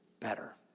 better